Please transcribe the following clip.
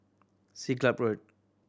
Siglap Road